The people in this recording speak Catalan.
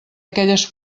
aquelles